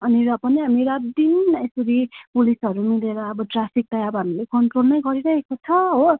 अनि र पनि हामी रात दिन यसरी पुलिसहरू मिलेर अब ट्राफिक त अब हामीले कन्ट्रोल नै गरिराखेको छ हो